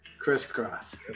crisscross